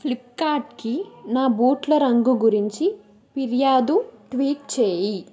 ఫ్లిప్కార్ట్కి నా బూట్ల రంగు గురించి ఫిర్యాదు ట్వీట్ చేయి